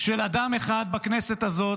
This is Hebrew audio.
של אדם אחד בכנסת הזאת,